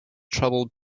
trouble